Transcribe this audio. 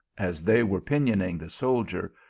as they were pinioning the soldier,